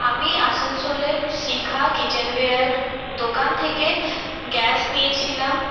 আমি আসানসোলের শিখা কিচেনওয়্যার দোকান থেকে গ্যাস নিয়েছিলাম